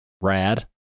rad